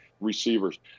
receivers